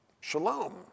shalom